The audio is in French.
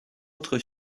autre